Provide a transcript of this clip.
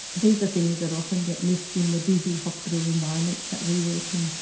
these are things that often get missed in the busy hospital environments that we work in.